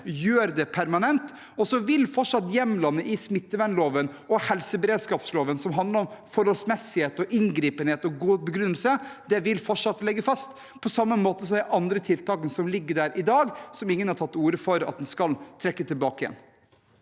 gjøre den permanent, og så vil fortsatt hjemlene i smittevernloven og helseberedskapsloven som handler om forholdsmessighet og inngripen og god begrunnelse, ligge fast – på samme måte som de andre tiltakene som ligger der i dag, som ingen har tatt til orde for at en skal trekke tilbake igjen.